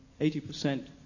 80%